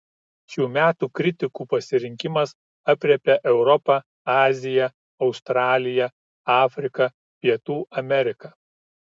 šių metų kritikų pasirinkimas aprėpia europą aziją australiją afriką pietų ameriką